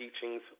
teachings